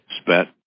Spent